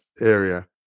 area